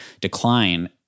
decline –